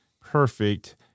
perfect